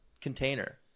container